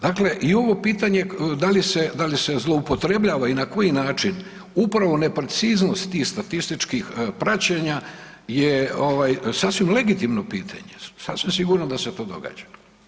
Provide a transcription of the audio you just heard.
Dakle, i ovo pitanje da li se zloupotrebljava i na koji način, upravo nepreciznost tih statističkih praćenja je sasvim legitimno pitanje, sasvim sigurno da se to događa.